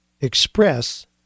express